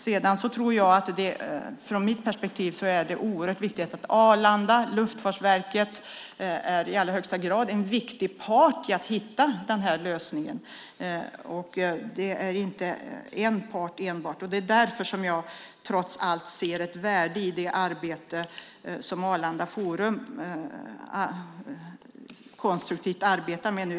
Sedan är det ur mitt perspektiv oerhört viktigt att Arlanda och Luftfartsverket är med som en i allra högsta grad viktig part för att hitta en sådan lösning. Det är alltså inte enbart fråga om en part, och därför ser jag, trots allt, ett värde i det arbete som Arlanda forum konstruktivt genomför.